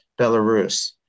Belarus